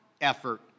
effort